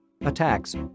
attacks